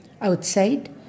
outside